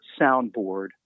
soundboard